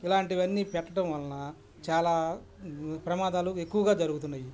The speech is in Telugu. ఇలాంటివన్నీ పెట్టటం వలన చాలా ప్రమాదాలు ఎక్కువగా జరుగుతున్నాయి